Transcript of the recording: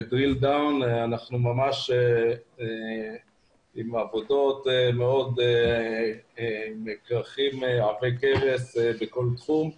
בדריל דאון אנחנו ממש עם עבודות ועם כרכים עבי כרס בכל תחום.